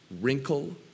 wrinkle